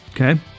Okay